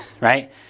right